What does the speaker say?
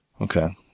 Okay